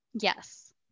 Yes